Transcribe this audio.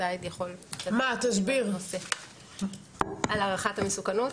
סאיד יכול להרחיב בנושא על הערכת המסוכנות.